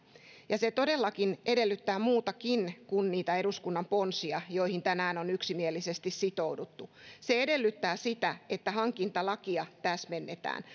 ja se todellakin edellyttää muutakin kuin niitä eduskunnan ponsia joihin tänään on yksimielisesti sitouduttu se edellyttää sitä että hankintalakia täsmennetään